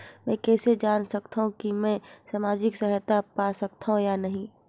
मै कइसे जान सकथव कि मैं समाजिक सहायता पा सकथव या नहीं?